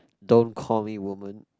don't call me woman